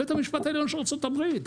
בית המשפט העליון של ארצות הברית,